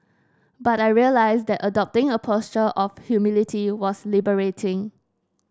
but I realised that adopting a posture of humility was liberating